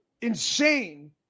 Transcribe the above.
insane